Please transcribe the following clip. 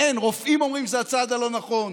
רופאים אומרים שזה הצעד הלא-נכון.